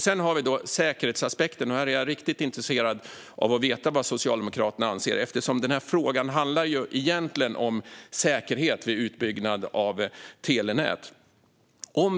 Sedan har vi säkerhetsaspekten. Här är jag riktigt intresserad av att veta vad Socialdemokraterna anser, eftersom den här frågan egentligen handlar om säkerhet vid utbyggnad av telenät.